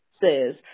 says